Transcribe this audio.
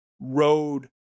road